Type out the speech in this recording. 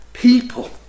People